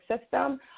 system